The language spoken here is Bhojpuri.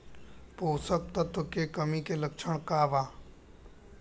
पोषक तत्व के कमी के लक्षण का वा?